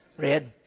Red